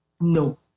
No